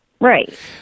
Right